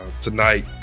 tonight